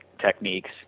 techniques